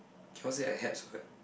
cannot say I help also what